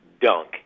dunk